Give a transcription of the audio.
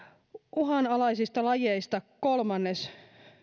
uhanalaisista lajeista kolmannes